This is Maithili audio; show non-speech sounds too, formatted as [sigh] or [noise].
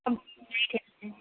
[unintelligible]